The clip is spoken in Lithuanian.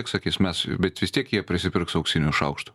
sakys mes bet vis tiek jie prisipirks auksinių šaukštų